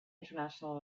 international